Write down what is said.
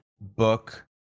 book